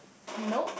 nope